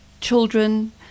children